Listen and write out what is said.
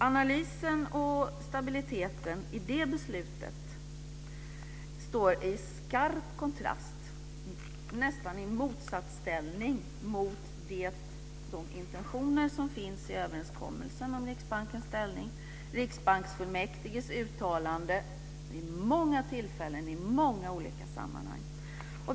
Analysen och stabiliteten i detta beslut står i skarp kontrast, nästan i motsatsställning, till de intentioner som finns i överenskommelsen om Riksbankens ställning, riksbanksfullmäktiges uttalande vid många tillfällen i många olika sammanhang.